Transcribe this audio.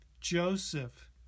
Joseph